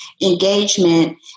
engagement